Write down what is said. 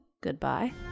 Goodbye